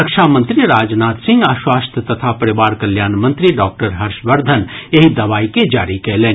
रक्षा मंत्री राजनाथ सिंह आ स्वास्थ्य तथा परिवार कल्याण मंत्री डॉक्टर हर्षवर्धन एहि दवाई के जारी कयलनि